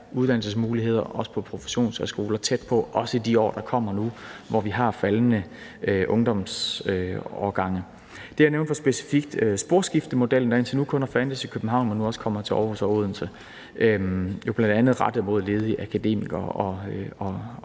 uddannelsesmuligheder også på professionshøjskoler tæt på, også i de år, der kommer nu, hvor vi har faldende ungdomsårgange. Det, jeg nævnte, var specifikt sporskiftemodellen, der indtil nu kun har fandtes i København, men nu også kommer til Aarhus og Odense. Den er bl.a. rettet mod ledige akademikere og